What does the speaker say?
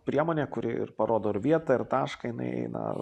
priemonė kuri ir parodo ir vietą ir tašką jinai eina